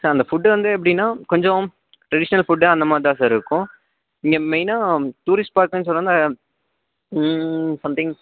sir அந்த food வந்து எப்படின்னா கொஞ்சம் ட்ரெடிஷ்னல் ஃபுட்டு அந்த மாதிரி தான் சார் இருக்கும் நீங்கள் மெய்னா டூரிஸ்ட் ஸ்பார்ட் சொல் அ சம்திங்